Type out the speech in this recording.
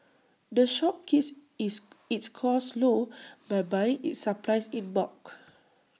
the shop keeps its its costs low by buying its supplies in bulk